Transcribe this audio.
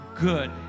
good